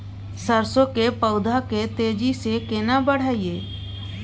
सरसो के पौधा के तेजी से केना बढईये?